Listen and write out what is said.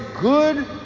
good